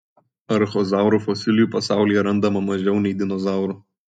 archozaurų fosilijų pasaulyje randama mažiau nei dinozaurų